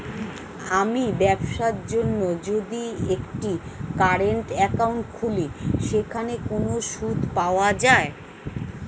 আমি ব্যবসার জন্য যদি একটি কারেন্ট একাউন্ট খুলি সেখানে কোনো সুদ পাওয়া যায়?